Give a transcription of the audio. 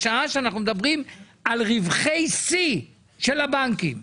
בשעה שאנחנו מדברים על רווחי שיא של הבנקים,